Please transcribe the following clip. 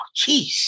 Jeez